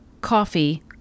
coffee